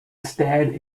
stared